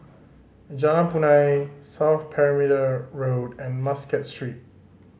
Jalan Punai South Perimeter Road and Muscat Street